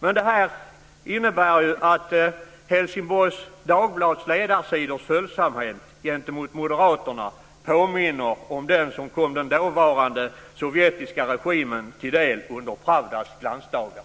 Men det här innebär att Helsingborgs Dagblads ledarsidors följsamhet gentemot moderaterna påminner om den som kom den dåvarande sovjetiska regimen till del under Pravdas glansdagar.